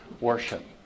worship